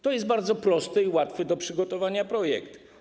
To jest bardzo prosty i łatwy do przygotowania projekt.